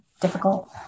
difficult